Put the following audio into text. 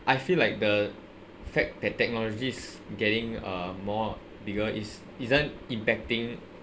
I feel like the fact that technology is getting uh more bigger is isn't impacting